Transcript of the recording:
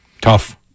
Tough